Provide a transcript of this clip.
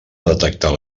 detectar